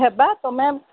ହେବା ତମେ